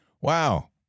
Wow